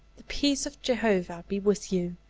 the peace of jehovah be with you,